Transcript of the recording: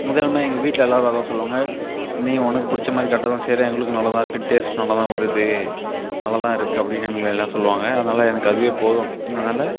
அதும் இல்லாமல் எங்கள் வீட்டில் எல்லாரும் அதான் சொல்லுவாங்க நீ உனக்கு பிடிச்ச மாதிரி கரெக்டாக தான் செய்கிறேன் எங்களுக்கு நல்லாதான் இருக்குது டேஸ்ட் நல்லா தான் வருது நல்லா தான் இருக்குது அப்படின்னு எங்களை எல்லாம் சொல்லுவாங்க அதனால் எனக்கு அதுவே போதும் அதனால்